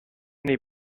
nei